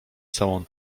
całą